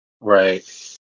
Right